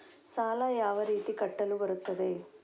ಸಾಲ ಯಾವ ರೀತಿ ಕಟ್ಟಲು ಬರುತ್ತದೆ?